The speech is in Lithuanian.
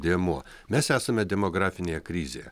dėmuo mes esame demografinėje krizėje